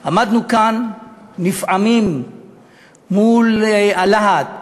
מספר עמדנו כאן נפעמים מול הלהט